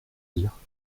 dire